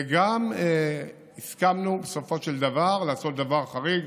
וגם הסכמנו בסופו של דבר לעשות דבר חריג,